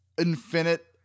infinite